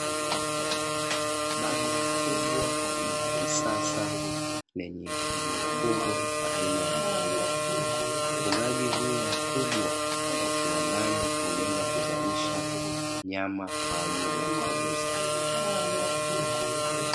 Banda kubwa na la kisasa, lenye mifugo aina ya nguruwe. Ufugaji huu mkubwa wa kiwandani hulenga kuzalisha nyama kwa ajili ya kuuza.